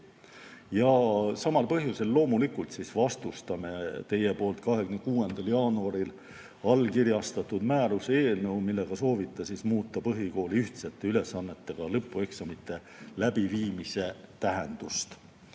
Samal põhjusel loomulikult vastustame teie poolt 26. jaanuaril allkirjastatud määruse eelnõu, millega soovite muuta põhikooli ühtsete ülesannetega lõpueksamite läbiviimise tähendust.